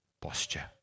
posture